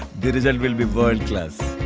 the result will be world class,